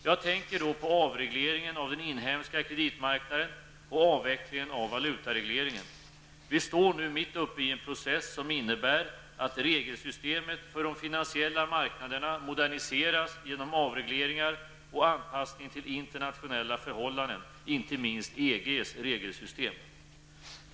Jag tänker då på avregleringen av den inhemska kreditmarknaden och avvecklingen av valutaregleringen. Vi står nu mitt uppe i en process som innebär att regelsystemet för de finansiella marknaderna moderniseras genom avregleringar och anpassning till internationella förhållanden, inte minst EGs regelsystem.